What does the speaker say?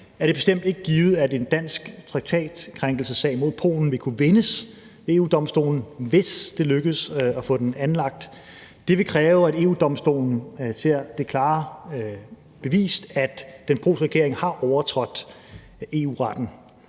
er det bestemt ikke givet, at en dansk traktatkrænkelsessag mod Polen vil kunne vindes ved EU-Domstolen, hvis det lykkes at få den anlagt. Det ville kræve, at EU-Domstolen ser det klart bevist, at den polske regering har overtrådt EU-retten.